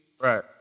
right